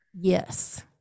Yes